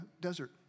desert